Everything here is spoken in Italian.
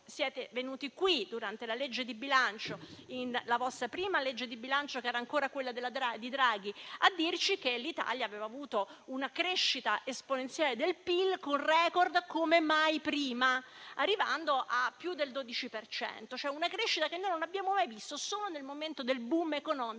siete venuti qui durante la legge di bilancio - la vostra prima legge di bilancio, che era ancora quella di Draghi - a dirci che l'Italia aveva avuto una crescita esponenziale del PIL con *record* mai registrati prima, arrivando a più del 12 per cento, cioè una crescita che noi abbiamo visto solo nel momento del *boom* economico